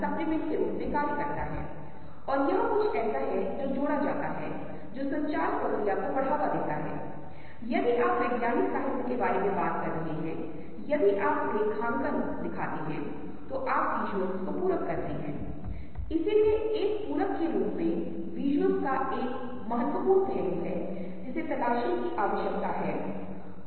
रंग हल्के हो जाते हैं जैसा कि आप अधिक रंगों का मिश्रण करना शुरू करते हैं और मूल रूप से क्या होता है ये रंग प्राथमिक हैं पीला मैजेंटा और सियान कुछ नीले रंग के होते हैं और जैसा कि आप उन्हें मिलाते रहते हैं आपके पास हरे रंग की तरह होते हैं और आपके पास द्वितीयक जैसा होता है लाल या सिंदूर आपके पास बैंगनी की तरह है